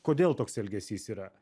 kodėl toks elgesys yra